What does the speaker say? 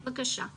כן, בבקשה.